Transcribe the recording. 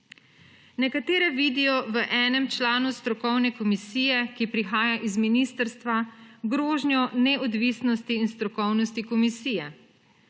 Nekatere vidijo v enem članu strokovne komisije, ki prihaja iz ministrstva, grožnjo neodvisnosti in strokovnosti komisije,